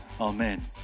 Amen